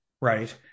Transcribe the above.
right